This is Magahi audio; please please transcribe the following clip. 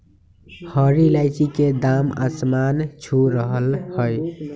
हरी इलायची के दाम आसमान छू रहलय हई